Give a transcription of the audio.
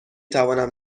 توانم